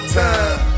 time